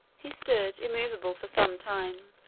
he stood immovable for some time,